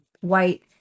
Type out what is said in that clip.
white